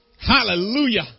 Hallelujah